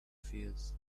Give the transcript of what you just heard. fears